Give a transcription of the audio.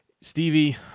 Stevie